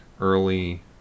early